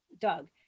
Doug